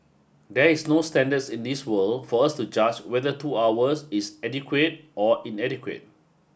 there is no standards in this world for us to judge whether two hours is adequate or inadequate